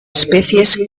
especies